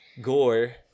gore